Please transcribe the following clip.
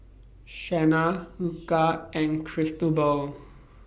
Shanna Luca and Cristobal